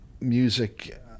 music